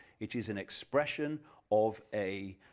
it is an expression of a